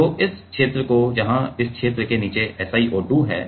तो इस क्षेत्र को जहां इस क्षेत्र के नीचे SiO2 है